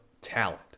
talent